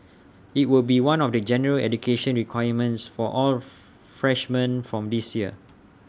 IT will be one of the general education requirements for all freshmen from this year